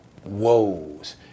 woes